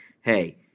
hey